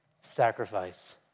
sacrifice